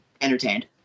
entertained